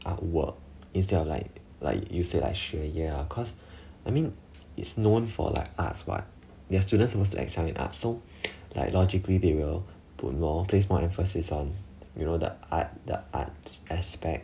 art work instead of like like you said 学业 ah cause I mean it's known for like arts [what] their students must excel in arts so like logically they will put more place more emphasis on you know the art the arts aspect